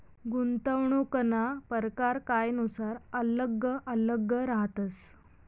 गुंतवणूकना परकार कायनुसार आल्लग आल्लग रहातस